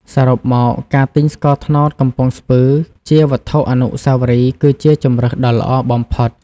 សរុបមក ការទិញស្ករត្នោតកំពង់ស្ពឺជាវត្ថុអនុស្សាវរីយ៍គឺជាជម្រើសដ៏ល្អបំផុត។